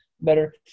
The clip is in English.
better